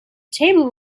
table